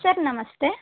sir ನಮಸ್ತೆ